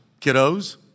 kiddos